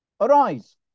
Arise